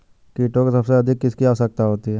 कीटों को सबसे अधिक किसकी आवश्यकता होती है?